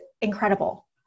incredible